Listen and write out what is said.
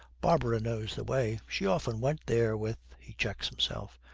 barbara knows the way she often went there with he checks himself.